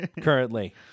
currently